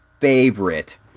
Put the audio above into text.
favorite